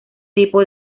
tipo